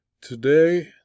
Today